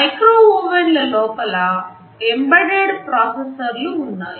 micro ఓవెన్ల లోపల embedded ప్రాసెసర్లు ఉన్నాయి